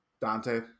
Dante